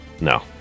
no